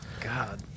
god